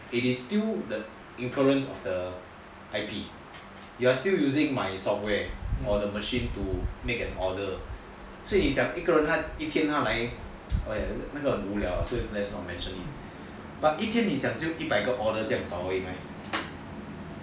it is still the incurrence of the I_T you are still using my software for the machine to make the order so 你想一个人按一天他来那个很无聊其实 let's not mention but 一天你想只有一百个 order 这样少 only right